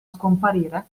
scomparire